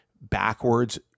backwards